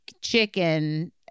chicken